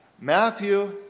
matthew